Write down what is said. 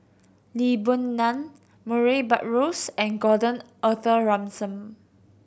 Lee Boon Ngan Murray Buttrose and Gordon Arthur Ransome